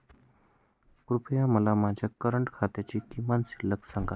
कृपया मला माझ्या करंट खात्याची किमान शिल्लक सांगा